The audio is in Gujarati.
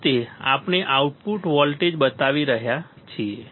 અંતે આપણે આઉટપુટ વોલ્ટેજ બતાવી રહ્યા છીએ